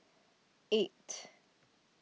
eight